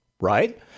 right